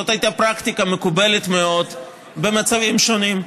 זאת הייתה פרקטיקה מקובלת מאוד במצבים שונים.